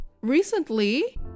recently